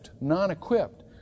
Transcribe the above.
non-equipped